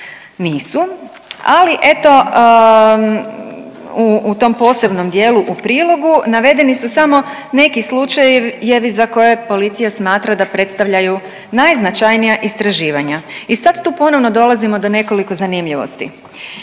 nisu, ali eto u tom posebnom djelu u prilogu navedeni su samo neki slučajevi za koje policija smatra da predstavljaju najznačajnija istraživanja. I sad tu ponovno dolazimo do nekoliko zanimljivosti.